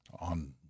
on